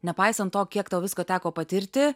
nepaisant to kiek tau visko teko patirti